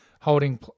holding